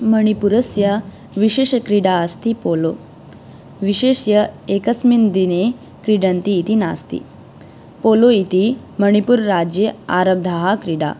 मणिपुरस्य विशेषक्रीडा अस्ति पोलो विशिष्य एकस्मिन् दिने क्रीडन्ति इति नास्ति पोलो इति मणिपुरराज्ये आरब्धा क्रीडा